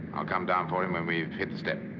i'll come down for him when we've hit the step.